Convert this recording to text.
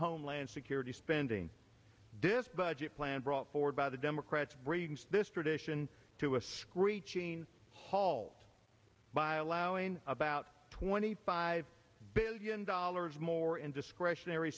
homeland security spending this budget plan brought forward by the democrats brings this tradition to a screeching halt by allowing about twenty five billion dollars more in discretionary